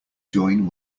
join